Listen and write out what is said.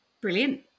Brilliant